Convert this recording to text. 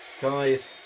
Guys